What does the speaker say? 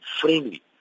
friendly